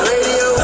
Radio